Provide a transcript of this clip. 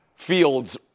fields